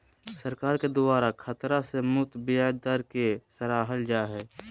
सरकार के द्वारा खतरा से मुक्त ब्याज दर के सराहल जा हइ